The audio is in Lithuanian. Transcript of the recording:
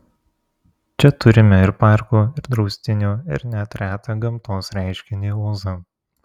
čia turime ir parkų ir draustinių ir net retą gamtos reiškinį ozą